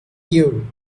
you